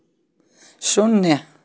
शून्य